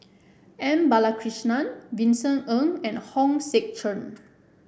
M Balakrishnan Vincent Ng and Hong Sek Chern